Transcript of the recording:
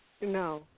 No